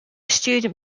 student